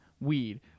weed